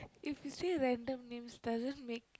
if you say random names doesn't make